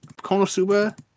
konosuba